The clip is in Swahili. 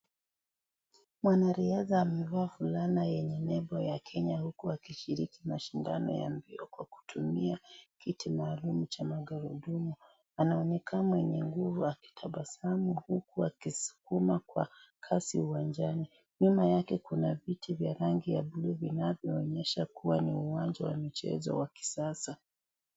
Mwanariadha amevaa fulana yenye nembo ya Kenya huku akishiriki mashindano ya mbio, kwa kutumia kiti maalum cha magurudumu, anaonekana mwenye nguvu anatabasamu huku akiskuma kwa kasi uwanjani, nyuma yake kuna viti vya rangi ya (cs)blue(cs), inayo onyesha ni uwanja wa michezo wa kisasa.